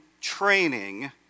training